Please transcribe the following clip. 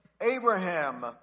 Abraham